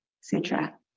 sutra